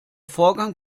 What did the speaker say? vorgang